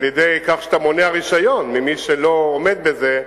על-ידי כך שאתה מונע רשיון ממי שלא עומד בזה,